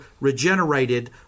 regenerated